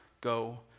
go